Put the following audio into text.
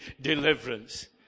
deliverance